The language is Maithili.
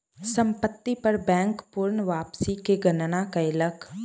संपत्ति पर बैंक पूर्ण वापसी के गणना कयलक